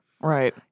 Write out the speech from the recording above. Right